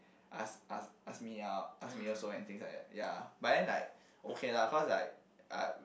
ask ask ask me out ask me also and things like that ya but then like okay lah cause like uh